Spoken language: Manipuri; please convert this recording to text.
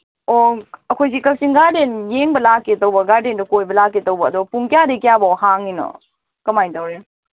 ꯑꯣ ꯑꯩꯈꯣꯏꯁꯤ ꯀꯛꯆꯤꯡ ꯒꯥꯔꯗꯦꯟ ꯌꯦꯡꯕ ꯂꯥꯛꯀꯦ ꯇꯧꯕ ꯒꯥꯔꯗꯦꯟꯗ ꯀꯣꯏꯕ ꯂꯥꯛꯀꯦ ꯇꯧꯕ ꯑꯗꯨ ꯄꯨꯡ ꯀꯌꯥꯗꯩ ꯀꯌꯥꯕꯨꯛ ꯍꯥꯡꯉꯤꯅꯣ ꯀꯃꯥꯏ ꯇꯧꯋꯤ